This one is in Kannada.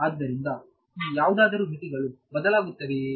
ಆದ್ದರಿಂದ ಈ ಯಾವುದಾದರೂ ಮಿತಿಗಳು ಬದಲಾಗುತ್ತವೆಯೇ